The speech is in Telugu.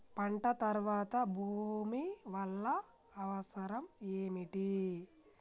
పంట తర్వాత భూమి వల్ల అవసరం ఏమిటి?